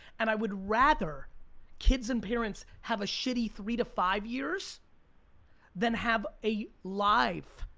and i would rather kids and parents have a shitty three to five years than have a life,